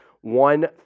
One